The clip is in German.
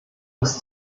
des